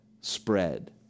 spread